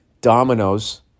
dominoes